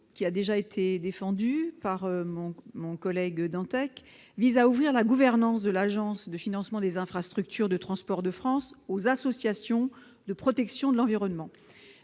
qui vient d'être défendu par mon collègue Dantec, vise à ouvrir la gouvernance de l'Agence de financement des infrastructures de transport de France aux associations de protection de l'environnement.